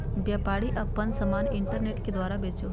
व्यापारी आपन समान इन्टरनेट के द्वारा बेचो हइ